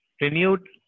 renewed